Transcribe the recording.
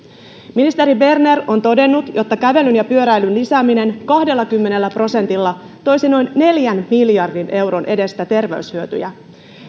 ministeri berner on todennut että kävelyn ja pyöräilyn lisääminen kahdellakymmenellä prosentilla toisi noin neljän miljardin euron edestä terveyshyötyjä